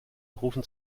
rufen